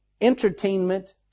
entertainment